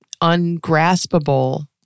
ungraspable